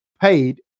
paid